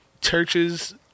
churches